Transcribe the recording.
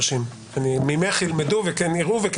מחוסר האיזון שאותו אנחנו באים לתקן, ו-ב',